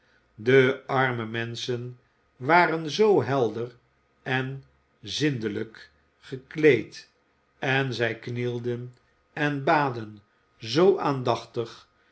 de armere menschen waren zoo helder en zindelijk gekleed en zij knielden en baden zoo aandachtig